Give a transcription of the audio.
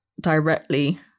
directly